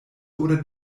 oder